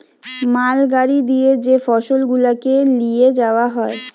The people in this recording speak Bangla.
মাল গাড়ি দিয়ে যে ফসল গুলাকে লিয়ে যাওয়া হয়